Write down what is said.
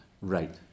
Right